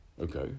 okay